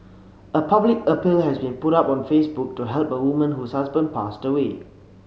a public appeal has been put up on Facebook to help a woman whose husband passed away